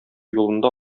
юлында